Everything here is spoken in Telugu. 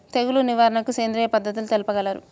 తెగులు నివారణకు సేంద్రియ పద్ధతులు తెలుపగలరు?